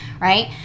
right